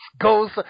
goes